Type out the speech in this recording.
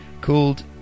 called